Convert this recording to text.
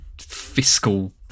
fiscal